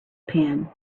pan